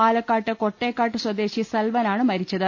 പാലക്കാട് കൊട്ടേക്കാട് സ്വദേശി സൽവനാണ് മരിച്ചത്